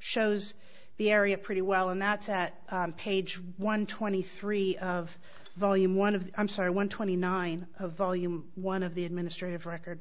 shows the area pretty well and that page one twenty three of volume one of i'm sorry one twenty nine volume one of the administrative record